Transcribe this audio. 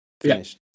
finished